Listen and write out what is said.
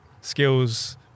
skills